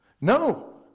No